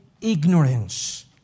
ignorance